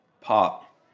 pop